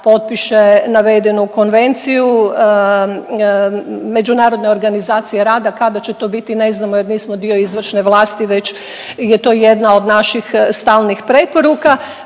potpiše navedenu konvenciju Međunarodne organizacije rada kada će to biti ne znamo, jer nismo dio izvršne vlasti već je to jedna od naših stalnih preporuka